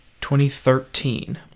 2013